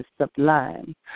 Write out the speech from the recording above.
sublime